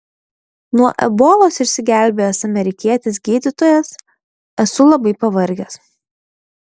nuo ebolos išsigelbėjęs amerikietis gydytojas esu labai pavargęs